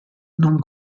non